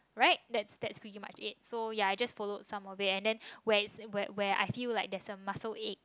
right that's that's pretty much it so ya I just follow some of it and then where is where where I feel like that's a muscle ache